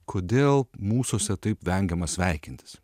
kodėl mūsuose taip vengiama sveikintis